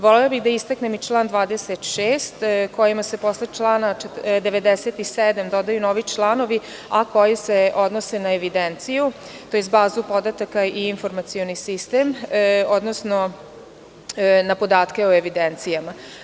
Volela bih da istaknem i član 26. kojima se posle člana 97. dodaju novi članovi, a koji se odnose na evidenciju, to jest bazu podataka i informacioni sistem, odnosno na podatke o evidencijama.